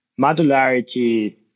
modularity